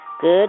Good